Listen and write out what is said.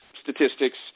statistics